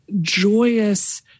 joyous